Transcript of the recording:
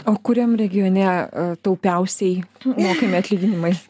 o kuriam regione taupiausiai mokami atlyginimai